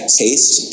taste